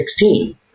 16